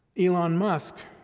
elon musk,